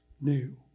new